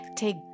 take